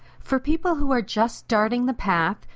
for people who are just starting the path,